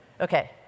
Okay